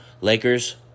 Lakers